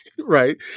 right